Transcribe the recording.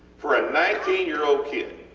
for a nineteen year old kid,